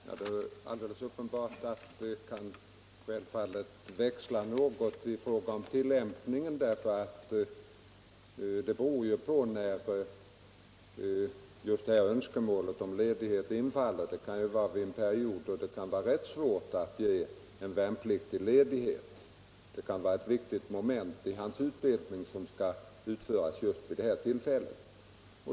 Herr talman! Det är uppenbart att det kan växla något i fråga om tillämpningen, beroende på när tiden för den önskade ledigheten infaller. Det kan vara under en period då det kan vara rätt svårt att ge en värnpliktig ledigt. Det kan vara ett viktigt moment i hans utbildning som skall utföras just vid det tillfället.